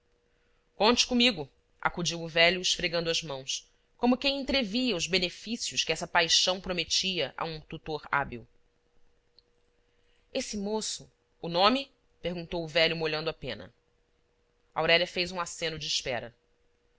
conte comigo acudiu o velho esfregando as mãos como quem entrevia os benefícios que essa paixão prometia a um tutor hábil esse moço o nome perguntou o velho molhando a pena aurélia fez um aceno de espera